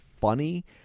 funny